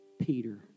Peter